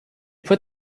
put